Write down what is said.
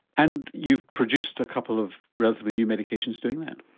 and you've produced a couple of relatively new medications doing that?